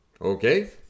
Okay